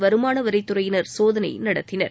வருமான வரித்துறையினர் சோதனை நடத்தினர்